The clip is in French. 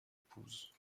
épouse